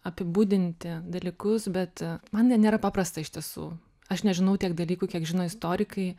apibūdinti dalykus bet man n nėra paprasta iš tiesų aš nežinau tiek dalykų kiek žino istorikai